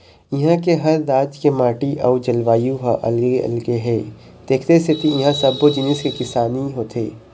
इहां के हर राज के माटी अउ जलवायु ह अलगे अलगे हे तेखरे सेती इहां सब्बो जिनिस के किसानी होथे